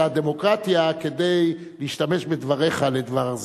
הדמוקרטיה כדי להשתמש בדבריך לדבר זה.